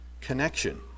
connection